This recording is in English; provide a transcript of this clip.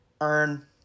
earn